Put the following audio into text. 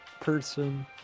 person